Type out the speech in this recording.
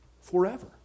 forever